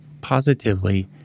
positively